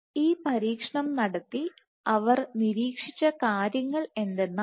ഈ പരീക്ഷണം നടത്തി അവർ നിരീക്ഷിച്ച കാര്യങ്ങൾ എന്തെന്നാൽ